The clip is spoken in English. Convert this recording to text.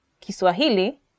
kiswahili